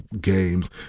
games